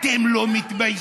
אתם לא מתביישים?